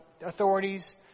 authorities